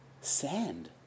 sand